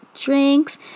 drinks